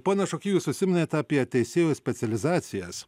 pone šuky jūs užsiminėt apie teisėjų specializacijas